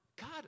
God